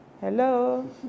Hello